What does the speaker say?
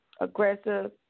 aggressive